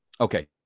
Okay